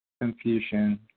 confusion